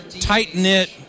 tight-knit